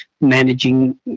managing